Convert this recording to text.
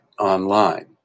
online